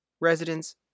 Residents